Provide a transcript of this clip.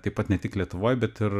taip pat ne tik lietuvoj bet ir